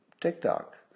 TikTok